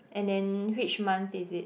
and then which month is it